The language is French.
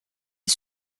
est